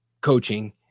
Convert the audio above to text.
coaching